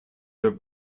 their